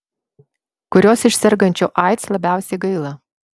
kurios iš sergančių aids labiausiai gaila